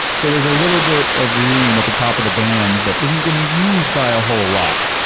so there's a little bit of room at the top of the band that isn't getting used by a whole lot.